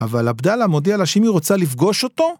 אבל עבדאללה מודיע לה שאם היא רוצה לפגוש אותו..